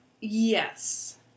Yes